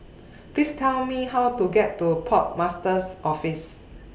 Please Tell Me How to get to Port Master's Office